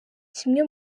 kimwe